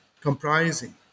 comprising